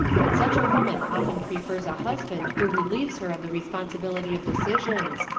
but such a woman often prefers a husband who relieves her of the responsibility of decisions,